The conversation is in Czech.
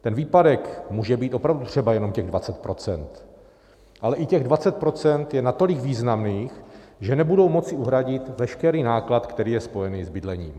Ten výpadek může být opravdu třeba jenom těch 20 %, ale i těch 20 % je natolik významných, že nebudou moci uhradit veškerý náklad, který je spojený s bydlením.